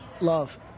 Love